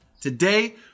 Today